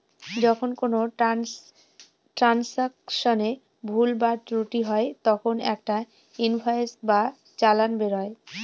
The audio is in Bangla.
যখন কোনো ট্রান্সাকশনে ভুল বা ত্রুটি হয় তখন একটা ইনভয়েস বা চালান বেরোয়